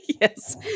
Yes